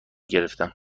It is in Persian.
گرفتم